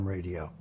Radio